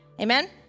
Amen